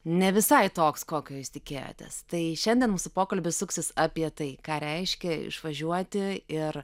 ne visai toks kokio jūs tikėjotės tai šiandien mūsų pokalbis suksis apie tai ką reiškia išvažiuoti ir